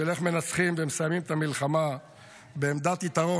של איך מנצחים ומסיימים את המלחמה בעמדת יתרון,